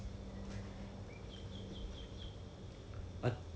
on the interiors ah !huh! what kind of thing you do